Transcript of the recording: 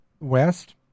West